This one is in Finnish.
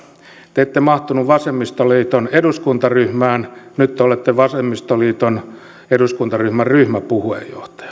te ette mahtunut vasemmistoliiton eduskuntaryhmään nyt te olette vasemmistoliiton eduskuntaryhmän ryhmäpuhuja